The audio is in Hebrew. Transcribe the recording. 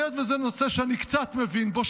והיות שזה נושא שאני קצת מבין בו,